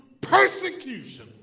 persecution